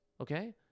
okay